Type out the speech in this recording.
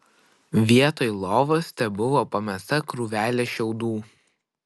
vietoj lovos tebuvo pamesta krūvelė šiaudų